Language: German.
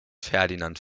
ferdinand